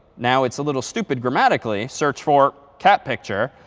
now it's a little stupid grammatically. search for cat picture.